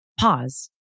pause